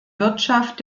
wirtschaft